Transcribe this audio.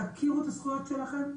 תכירו את הזכויות שלכם,